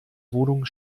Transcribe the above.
wohnung